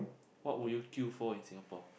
what would you queue for in Singapore